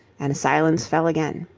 and silence fell again.